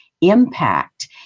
impact